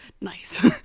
nice